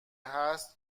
هست